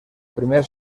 primer